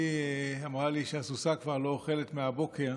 אמרה לי שהסוסה כבר לא אוכלת מהבוקר